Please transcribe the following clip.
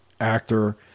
actor